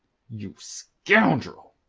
you scoundrel!